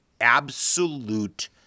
absolute